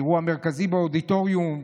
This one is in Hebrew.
באירוע מרכזי באודיטוריום.